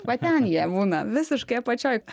va ten jie būna visiškai apačioj